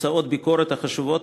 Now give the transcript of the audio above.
תוצאות ביקורת החשבונות